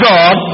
God